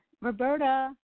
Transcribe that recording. Roberta